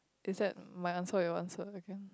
is that my answer or your answer again